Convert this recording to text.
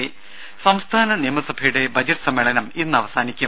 രംഭ സംസ്ഥാന നിയമസഭയുടെ ബജറ്റ് സമ്മേളനം ഇന്ന് അവസാനിക്കും